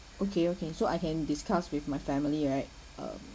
okay okay so I can discuss with my family right um